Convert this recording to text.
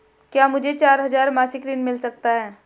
क्या मुझे चार हजार मासिक ऋण मिल सकता है?